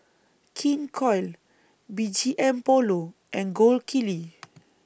King Koil B G M Polo and Gold Kili